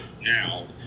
now